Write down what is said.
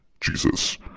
Jesus